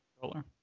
controller